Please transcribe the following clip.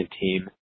team